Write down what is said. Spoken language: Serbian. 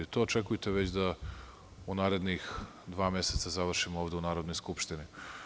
To očekujte već u narednih dva meseca da završimo ovde u Narodnoj skupštini.